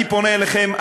אני פונה אליכם,